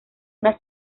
una